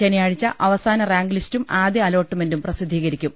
ശനിയാഴ്ച അവസാന റാങ്ക് ലിസ്റ്റും ആദ്യ അലോട്ട്മെന്റും പ്രസിദ്ധീകരിക്കും